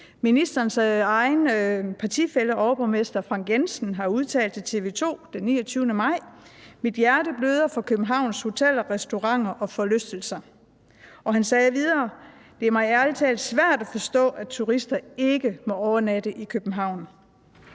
Ministerens egen partifælle overborgmester Frank Jensen har den 29. maj udtalt til TV 2: »Mit hjerte bløder for Københavns hoteller, restauranter og forlystelser«. Han sagde videre: »Det er for mig ærligt talt svært at forstå, at turisterne ikke må overnatte i København«.